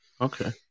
Okay